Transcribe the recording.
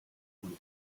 und